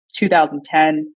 2010